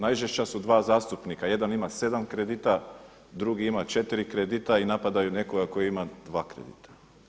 Najžešća su dva zastupnika, jedan ima 7 kredita, drugi ima 4 kredita i napadaju nekoga tko ima 2 kredita.